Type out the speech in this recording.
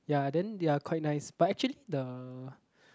ya then they are quite nice but actually the